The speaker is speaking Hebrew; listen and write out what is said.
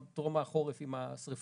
עם טרום החורף עם השריפות.